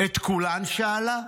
'את כולן?' שאלה.